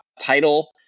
title